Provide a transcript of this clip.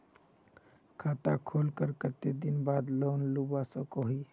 खाता खोलवार कते दिन बाद लोन लुबा सकोहो ही?